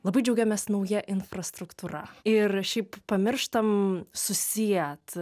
labai džiaugiamės nauja infrastruktūra ir šiaip pamirštam susiet